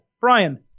Brian